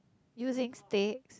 using stick